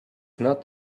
not